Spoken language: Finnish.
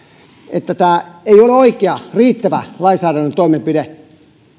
että tämä ei ole oikea riittävä lainsäädännöllinen toimenpide